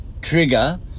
trigger